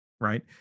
right